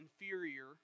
inferior